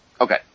okay